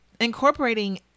incorporating